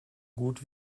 gut